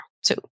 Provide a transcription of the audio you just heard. So-